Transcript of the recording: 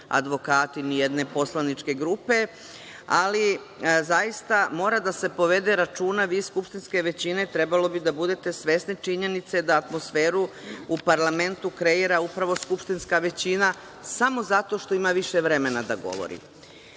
advokati ni jedne poslaničke grupe, ali zaista mora da se povede računa, vi iz skupštinske većine, trebalo bi da budete svesni činjenice da atmosferu u parlamentu kreira upravo skupštinska većina, samo zato što ima više vremena da govori. Jedno